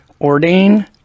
ordain